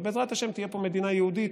ובעזרת השם תהיה פה מדינה יהודית,